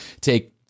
take